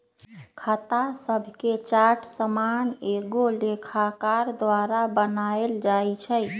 खता शभके चार्ट सामान्य एगो लेखाकार द्वारा बनायल जाइ छइ